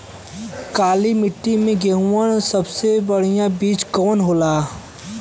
काली मिट्टी में गेहूँक सबसे बढ़िया बीज कवन होला?